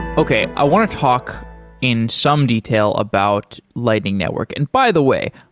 okay, i want to talk in some detail about lightning network. and by the way,